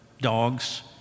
dogs